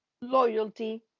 loyalty